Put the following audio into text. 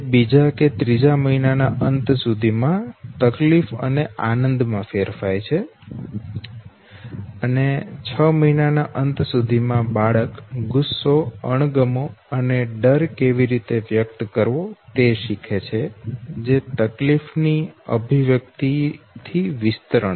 જે બીજા કે ત્રીજા મહિનાના અંત સુધીમાં તકલીફ અને આનંદ માં ફેરવાય છે અને આ છ મહિના ના અંત સુધી માં બાળક ગુસ્સો અણગમો અને ડર કેવી રીતે વ્યક્ત કરવો તે શીખે છે જે તકલીફ ની અભિવ્યક્તિ થી વિસ્તરણ છે